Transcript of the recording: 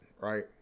right